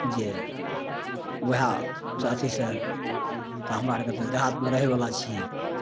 ओ जे वएहसे अथी छथि तऽ हमरा आओरके देहातमे रहैवला छिए